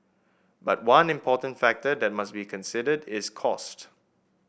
but one important factor that must be considered is cost